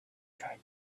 tried